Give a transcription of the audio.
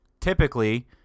typically